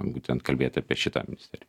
būtent kalbėti apie šitą ministeriją